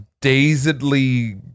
dazedly